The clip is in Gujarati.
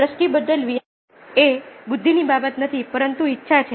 તેથી દ્રષ્ટિ બદલવી એ બુદ્ધિની બાબત નથી પરંતુ ઇચ્છા છે